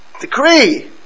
Decree